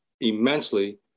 immensely